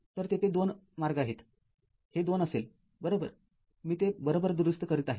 तरतेथे दोन मार्ग आहेत हे २ असेल बरोबर मी ते बरोबर दुरुस्त करीत आहे